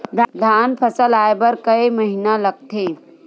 धान फसल आय बर कय महिना लगथे?